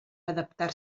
adaptar